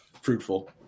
fruitful